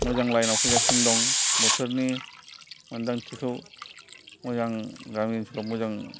मोजां लाइनाव फैगासिनो दं बोथोरनि मोनदांथिखौ मोजां गामिफोराव मोजां